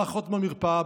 באחות במרפאה,